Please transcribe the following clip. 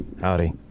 Howdy